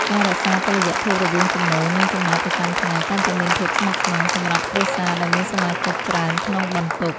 ការរក្សាតុល្យភាពរវាងចំណូលនិងចំណាយប្រចាំថ្ងៃកាន់តែមានភាពស្មុគស្មាញសម្រាប់គ្រួសារដែលមានសមាជិកច្រើនក្នុងបន្ទុក។